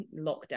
lockdown